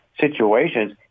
situations